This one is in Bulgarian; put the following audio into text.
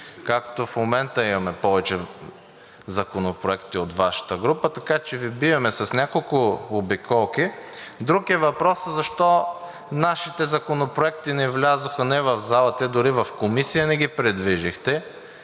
както в момента имаме повече законопроекти от Вашата група, така че Ви бием с няколко обиколки. Друг е въпросът защо нашите законопроекти не влязоха не в залата, дори в Комисия не ги придвижихте.